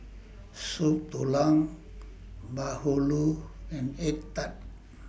Soup Tulang Bahulu and Egg Tart